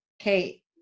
okay